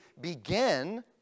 begin